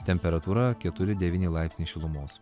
temperatūra keturi devyni laipsniai šilumos